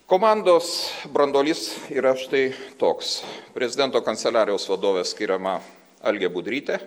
komandos branduolys yra štai toks prezidento kanceliarijos vadove skiriama algė budrytė